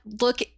look